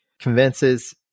convinces